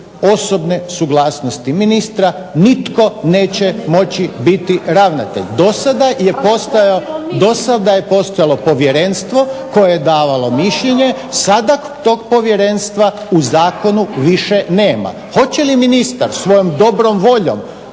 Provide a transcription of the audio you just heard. osobne suglasnosti ministra nitko neće moći biti ravnatelj. Do sada je postojalo povjerenstvo koje je davalo mišljenje sada tog povjerenstva u Zakonu više nema. Hoće li ministar svojom dobrom voljom